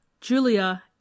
Julia